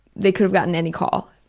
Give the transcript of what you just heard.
they could have gotten any call,